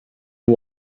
you